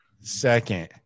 second